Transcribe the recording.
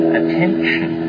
attention